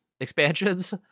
expansions